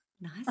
nice